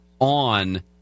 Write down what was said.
on